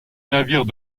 navire